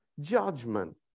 judgment